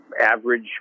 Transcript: average